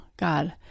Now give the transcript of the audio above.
God